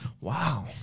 Wow